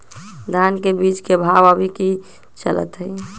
धान के बीज के भाव अभी की चलतई हई?